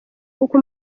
kuko